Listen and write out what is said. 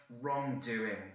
wrongdoing